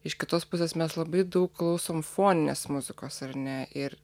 iš kitos pusės mes labai daug klausom foninės muzikos ar ne ir